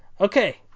Okay